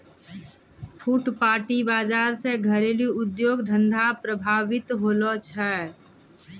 फुटपाटी बाजार से घरेलू उद्योग धंधा प्रभावित होलो छै